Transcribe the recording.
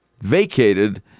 vacated